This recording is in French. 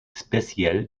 spéciale